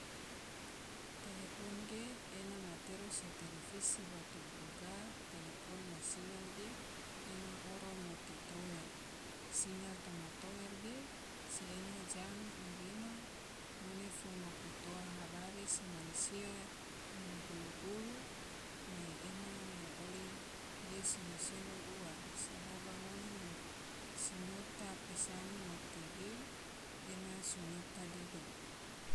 Telepon ge ena matero se televisi bato, duga telepon ma sinyal ge ena oro mote tower, sinyal toma tower ge se ena jang gena ngone fo maku toa habari se mansia toma gulu-gulu mai ena na oli ge selo-selo ua, sedaba ngone na siyota pesan mote ge ena sinyota dedo.